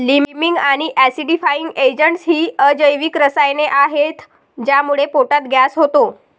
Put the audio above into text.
liming आणि acidifying agents ही अजैविक रसायने आहेत ज्यामुळे पोटात गॅस होतो